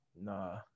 Nah